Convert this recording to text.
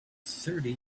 thirty